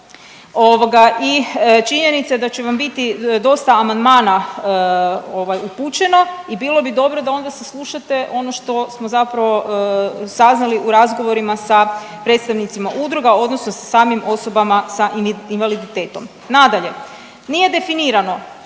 i činjenica je da će vam biti dosta amandmana upućeno i bilo bi dobro da onda saslušate ono što smo zapravo saznali u razgovorima sa predstavnicima udruga odnosno sa samim osobama s invaliditetom. Nadalje, nije definirano